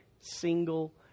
single